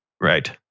Right